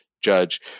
judge